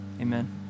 Amen